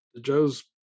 Joe's